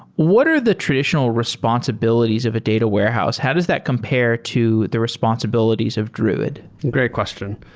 what are the traditional responsibilities of a data warehouse? how does that compare to the responsibilities of druid? great question.